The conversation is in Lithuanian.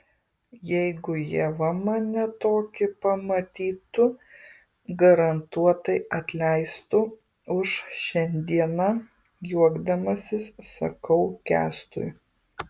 jeigu ieva mane tokį pamatytų garantuotai atleistų už šiandieną juokdamasis sakau kęstui